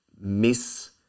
miss